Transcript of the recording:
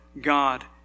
God